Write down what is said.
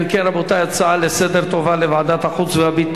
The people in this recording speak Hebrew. אם כן, רבותי, ההצעה לסדר-היום תעבור לוועדת הפנים